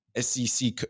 SEC